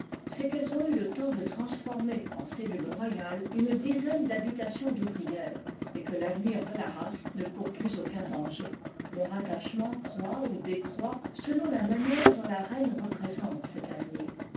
et que taveiiir de la race ne court plus aucun danger leur attachement croît ou décroît selon la manière dont la reine représente cet avenir